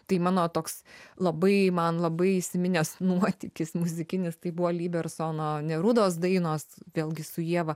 tai mano toks labai man labai įsiminęs nuotykis muzikinis tai buvo libersono nerudos dainos vėlgi su ieva